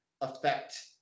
affect